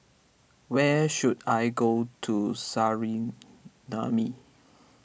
where should I go to Suriname